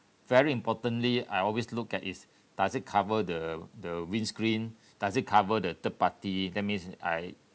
very importantly I always look at it's does it cover the the windscreen does it cover the third party that means I